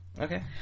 Okay